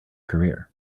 career